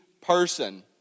person